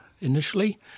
initially